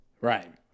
Right